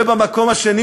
ובמקום השני,